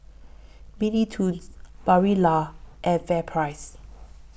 Mini Toons Barilla and FairPrice